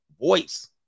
voice